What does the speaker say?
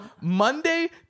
Monday